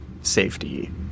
safety